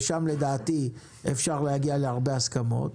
ושם לדעתי אפשר להגיע להרבה הסכמות,